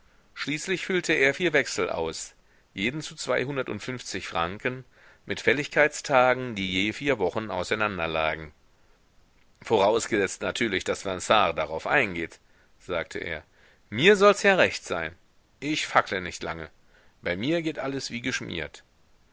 schließlich füllte er vier wechsel aus jeden zu zweihundertundfünfzig franken mit fälligkeitstagen die je vier wochen auseinanderlagen vorausgesetzt natürlich daß vinard darauf eingeht sagte er mir solls ja recht sein ich fackle nicht lange bei mir geht alles wie geschmiert